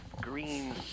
green